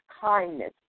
kindness